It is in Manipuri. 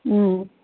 ꯎꯝ